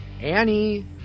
Annie